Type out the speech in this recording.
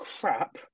crap